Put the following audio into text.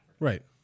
Right